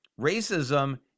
racism